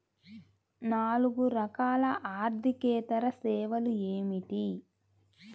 నాలుగు రకాల ఆర్థికేతర సేవలు ఏమిటీ?